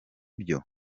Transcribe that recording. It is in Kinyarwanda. byo